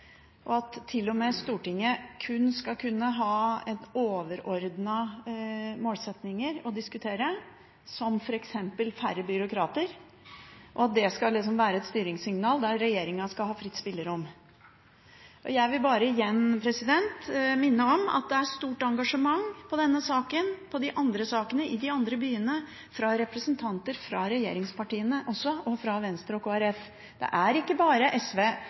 og med at Stortinget kun skal diskutere overordnede målsettinger, som f.eks. færre byråkrater, at det skal være et styringssignal, og der regjeringa skal ha fritt spillerom. Jeg vil bare igjen minne om at det er et stort engasjement i denne saken og i de andre sakene i de andre byene, fra representanter fra regjeringspartiene også og fra Venstre og Kristelig Folkeparti. Det er ikke bare SV,